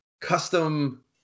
custom